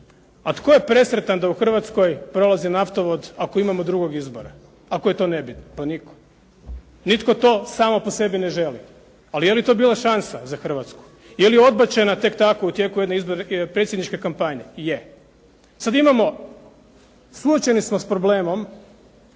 A tko je presretan da u Hrvatskoj prolazi naftovod ako imamo drugog izbora, ako je to nebitno? Pa nitko. Nitko to samo po sebi ne želi. Ali, je li to bila šansa za Hrvatsku? Je li odbačena tek tako u tijeku jedne predsjedničke kampanje? Je. Sad imamo, suočeni smo s problemom